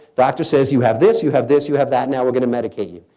doctor says you have this, you have this, you have that. now we're going to medicate you.